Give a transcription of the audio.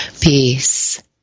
Peace